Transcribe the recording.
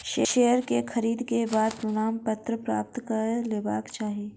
share के खरीद के बाद प्रमाणपत्र प्राप्त कय लेबाक चाही